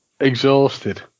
exhausted